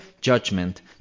judgment